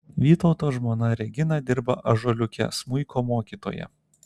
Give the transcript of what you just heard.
vytauto žmona regina dirba ąžuoliuke smuiko mokytoja